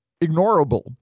ignorable